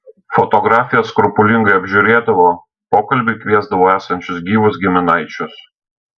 fotografijas skrupulingai apžiūrėdavo pokalbiui kviesdavo esančius gyvus giminaičius